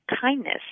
kindness